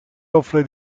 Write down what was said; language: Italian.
offre